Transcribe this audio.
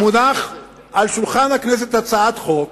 מונחת על שולחן הכנסת הצעת חוק